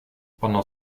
pendant